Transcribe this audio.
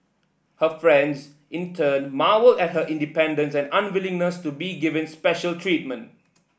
her friends in turn marvelled at her independence and unwillingness to be given special treatment